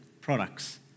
products